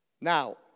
Now